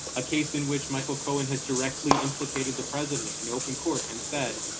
a case in which michael cohen has directly implicated the president in open court and said,